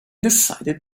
decided